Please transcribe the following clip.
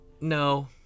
No